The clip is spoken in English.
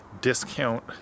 discount